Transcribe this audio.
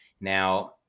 Now